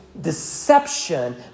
Deception